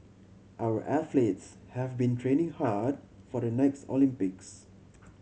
our athletes have been training hard for the next Olympics